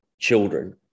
children